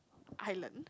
island